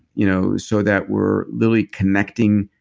you know so that we're literally connecting